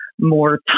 More